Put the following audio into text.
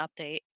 update